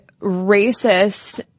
racist